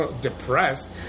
depressed